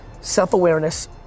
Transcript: Self-awareness